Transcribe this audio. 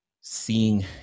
seeing